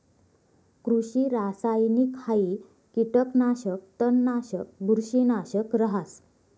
कृषि रासायनिकहाई कीटकनाशक, तणनाशक, बुरशीनाशक रहास